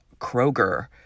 Kroger